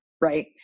right